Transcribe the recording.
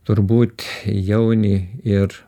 turbūt jauni ir